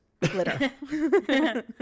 Glitter